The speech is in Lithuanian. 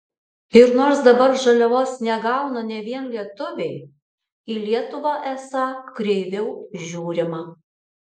ir nors dabar žaliavos negauna ne vien lietuviai į lietuvą esą kreiviau žiūrima